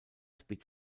speed